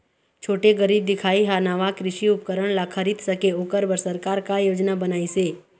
छोटे गरीब दिखाही हा नावा कृषि उपकरण ला खरीद सके ओकर बर सरकार का योजना बनाइसे?